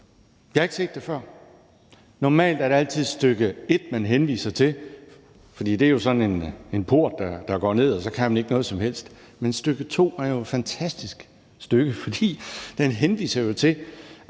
Jeg har ikke set det før. Normalt er det altid stk. 1, man henviser til, for det er jo sådan en port, der går ned, og så kan man ikke noget som helst. Men stk. 2 er jo et fantastisk stykke, fordi det henviser til, at